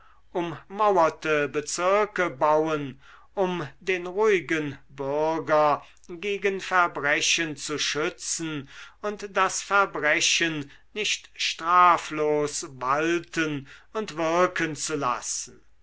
ummauerte bezirke bauen um den ruhigen bürger gegen verbrechen zu schützen und das verbrechen nicht straflos walten und wirken zu lassen